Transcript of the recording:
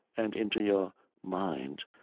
and into your mind.